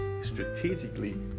strategically